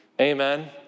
Amen